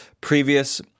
previous